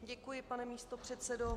Děkuji, pane místopředsedo.